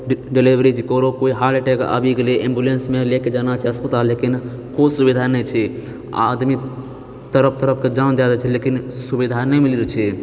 delivery ककरो कोइ heart attack आबि गेलै एम्बुलेंसमे लए के जाना छै अस्पताल लेके नहि कोइ सुविधा नहि छै आ आदमी तड़प तड़पके जान दए दै छै लेकिन सुविधा नहि मिलैत छै